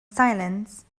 silence